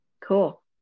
Cool